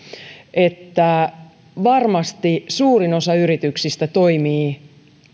että varmasti suurin osa yrityksistä toimii